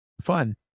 Fun